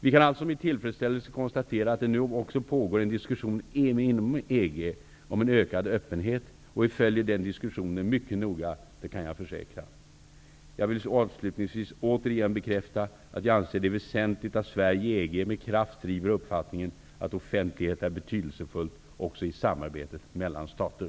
Vi kan alltså med tillfredsställelse konstatera att det nu också pågår en diskussion inom EG om en ökad öppenhet, och vi följer den diskussionen mycket noga -- det kan jag försäkra. Jag vill avslutningsvis återigen bekräfta att jag anser att det är väsentligt att Sverige i EG med kraft driver uppfattningen att offentlighet är betydelsefullt också i samarbetet mellan stater.